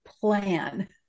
plan